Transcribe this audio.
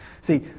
See